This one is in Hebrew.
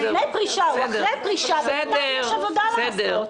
אז אם לפני פרישה, או אחרי פרישה, יש עבודה לעשות.